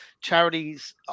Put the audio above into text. charities